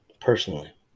personally